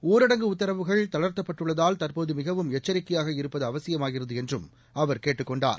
ஊரடங்கு உத்தரவுகள் தளர்தப்பட்டுள்ளதால் தற்போது மிகவும் எச்சிக்கையாக இருப்பது அவசியமாகிறது என்றும் அவர் கேட்டுக் கொண்டார்